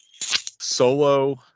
solo